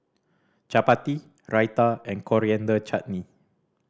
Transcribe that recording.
Chapati Raita and Coriander Chutney